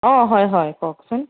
অঁ হয় হয় কওকচোন